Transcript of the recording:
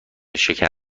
شکر